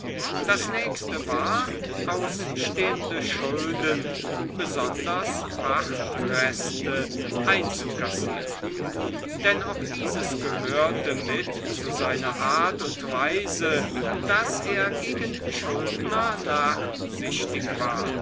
das nächste war ausstehende schulden besonders pachtreste einzukassieren denn auch dieses gehörte mit zu seiner art und weise daß er gegen schuldner nachsichtig war